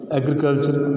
agriculture